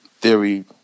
theory